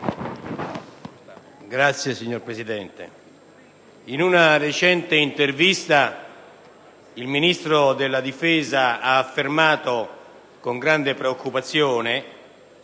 *(PD)*. Signor Presidente, in una recente intervista, il Ministro della difesa ha affermato, con grande preoccupazione,